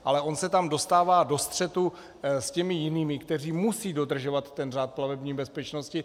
Ale on se tam dostává do střetu s těmi jinými, kteří musí dodržovat ten řád plavební bezpečnosti.